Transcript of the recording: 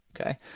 Okay